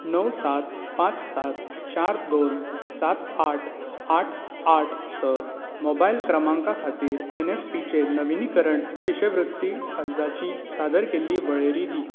णव सात पांच सात चार दोन सात आठ आठ आठ स मोबायल क्रमांका खातीर एन एस पी चेर नविनीकरण शिश्यवृत्ती अर्जांची सादर केल्ली वळेरी दी